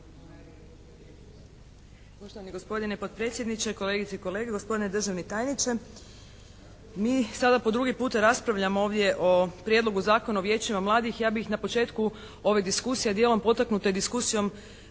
Poštovani gospodine potpredsjedniče, kolegice i kolege, gospodine državni tajniče mi sada po drugi put raspravljamo ovdje o Prijedlogu zakona o Vijećima mladih. Ja bih na početku ove diskusije djelom potaknute diskusijom